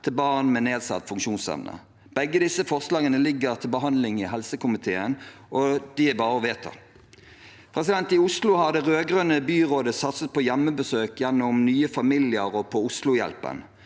til barn med nedsatt funksjonsevne. Begge disse forslagene ligger til behandling i helsekomiteen, og det er bare å vedta dem. I Oslo har det rød-grønne byrådet satset på hjemmebesøk gjennom Nye familier og Oslohjelpa.